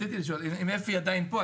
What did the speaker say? רציתי לשאול אם אפי עדיין פה,